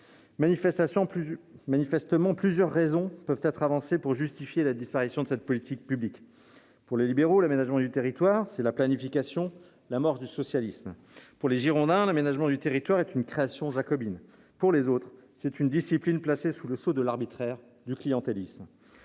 Manifestement, plusieurs raisons peuvent être avancées pour justifier la disparition de cette politique publique : pour les libéraux, l'aménagement du territoire, c'est la planification, l'amorce du socialisme ; pour les Girondins, c'est une création jacobine ; pour les autres, c'est une discipline placée sous le sceau de l'arbitraire, du clientélisme.